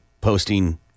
posting